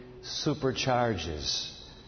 supercharges